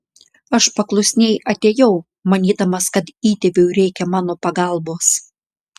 aš paklusniai atėjau manydamas kad įtėviui reikia mano pagalbos